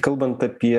kalbant apie